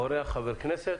אורח, חבר הכנסת.